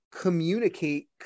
communicate